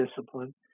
discipline